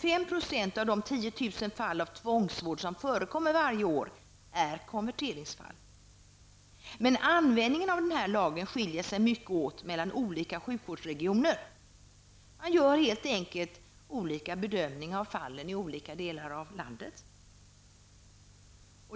fall av tvångsvård som förekommer varje år är konverteringsfall. Men användningen av denna lag skiljer sig mycket åt mellan olika sjukvårdsregioner. Man gör helt enkelt olika bedömningar av fallen i olika delar av landet.